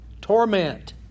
Torment